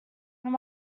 when